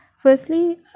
Firstly